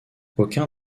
aucun